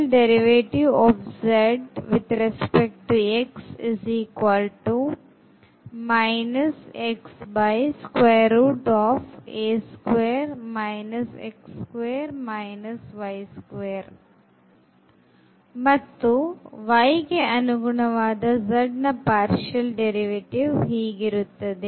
ಮತ್ತು y ಗೆ ಅನುಗುಣವಾದ z ನ partial derivative ಹೀಗಿರುತ್ತದೆ